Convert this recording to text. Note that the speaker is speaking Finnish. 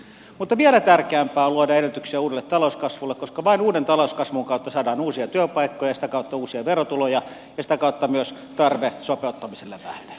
mutta vielä tärkeämpää on luoda edellytyksiä uudelle talouskasvulle koska vain uuden talouskasvun kautta saadaan uusia työpaikkoja ja sitä kautta uusia verotuloja ja sitä kautta myös tarve sopeuttamiselle vähenee